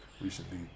recently